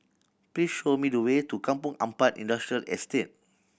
please show me the way to Kampong Ampat Industrial Estate